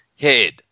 head